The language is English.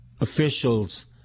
officials